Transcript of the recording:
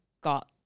got